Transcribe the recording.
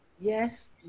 Yes